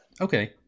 Okay